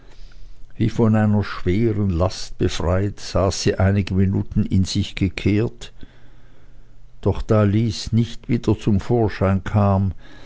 wie von einer last befreit saß sie einige minuten in sich gekehrt doch da lys nicht wieder zum vorschein kam